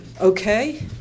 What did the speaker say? Okay